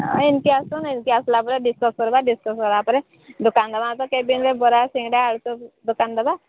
ହଁ ଏମିତି ଆସନୁ ଏମିତି ଆସିଲା ପରେ ଡିସକସ କରିବା ଡିସକସ କଲା ପରେ ଦୋକାନ ଦେବା ତ କେବିନରେ ବରା ସିଙ୍ଗଡ଼ା ଆଳୁଚପ୍ ଦୋକାନ ଦେବା